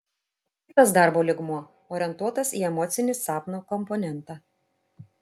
kitas darbo lygmuo orientuotas į emocinį sapno komponentą